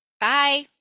Bye